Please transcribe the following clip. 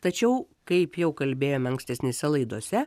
tačiau kaip jau kalbėjome ankstesnėse laidose